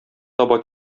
таба